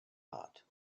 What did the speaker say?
heart